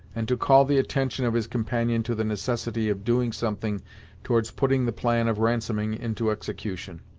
and to call the attention of his companions to the necessity of doing something towards putting the plan of ransoming into execution.